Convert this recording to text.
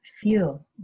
feel